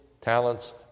talents